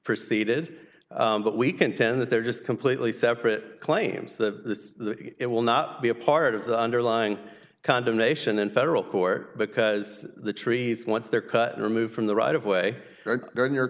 seated but we contend that they're just completely separate claims that it will not be a part of the underlying condemnation in federal court because the trees once they're cut removed from the right of way during your